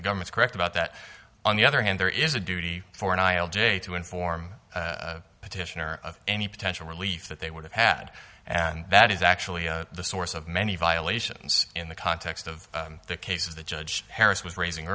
the government correct about that on the other hand there is a duty for an aisle day to inform the petitioner of any potential relief that they would have had and that is actually the source of many violations in the context of the case of the judge harris was raising